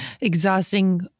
Exhausting